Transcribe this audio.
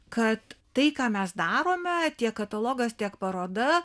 kad tai ką mes darome tiek katalogas tiek paroda